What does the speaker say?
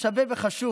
שווה וחשוב